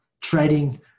trading